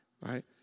right